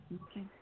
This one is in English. Okay